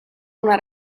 una